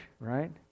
right